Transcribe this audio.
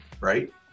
Right